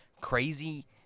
crazy